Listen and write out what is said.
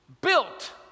built